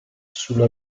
sulla